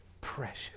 precious